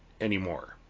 anymore